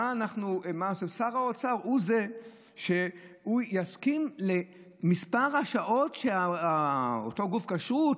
שר האוצר הוא זה שיסכים למספר השעות שאותו גוף כשרות,